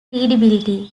credibility